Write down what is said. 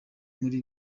muri